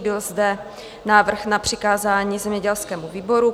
Byl zde návrh na přikázání zemědělskému výboru.